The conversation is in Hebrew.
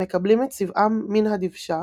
מקבלים את צבעם מן הדבשה,